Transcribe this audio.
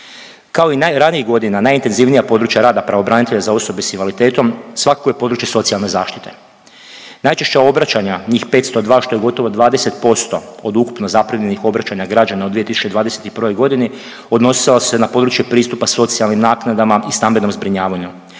Kao i ranijih godina, najintenzivnija područja rada pravobranitelja za osobe s invaliditetom, svakako je područje socijalne zaštite. Najčešća obraćanja, njih 502, što je gotovo 20% od ukupno zaprimljenih obraćanja građana u 2021. g., odnosile su se na područja pristupa socijalnim naknadama i stambenom zbrinjavanju,